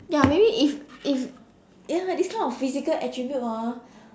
ya maybe if if ya this kind of physical attribute ah